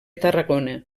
tarragona